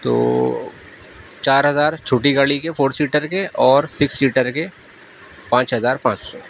تو چار ہزار چھوٹی گاڑی کے فور سیٹر کے اور سکس سیٹر کے پانچ ہزار پانچ سو